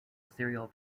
serial